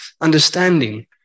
understanding